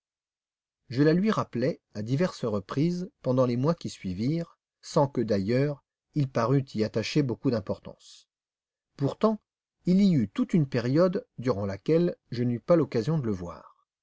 je la lui rappelai à diverses reprises pendant les mois qui suivirent sans que d'ailleurs il parût y attacher beaucoup d'importance puis il y eut toute une période durant laquelle je n'eus pas l'occasion de le voir